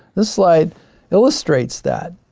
this slide illustrates that.